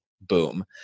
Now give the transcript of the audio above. boom